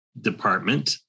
Department